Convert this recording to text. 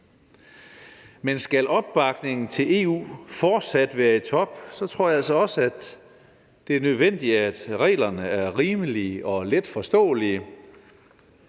men skal opbakningen til EU fortsat være i top, tror jeg altså også, at det er nødvendigt, at reglerne er rimelige og letforståelige,